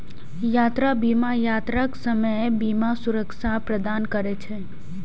यात्रा बीमा यात्राक समय बीमा सुरक्षा प्रदान करै छै